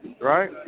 Right